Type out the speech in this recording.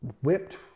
whipped